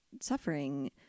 suffering